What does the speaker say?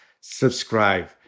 subscribe